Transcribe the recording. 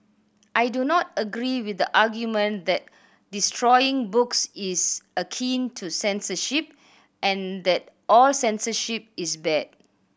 I do not agree with the argument that destroying books is akin to censorship and that all censorship is bad